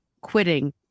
quitting